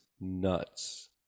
nuts